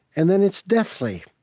and then it's deathly.